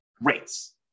rates